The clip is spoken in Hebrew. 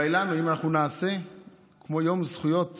אולי אם כמו יום זכויות